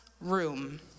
room